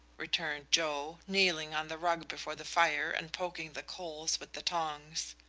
returned joe, kneeling on the rug before the fire and poking the coals with the tongs.